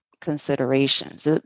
considerations